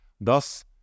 Thus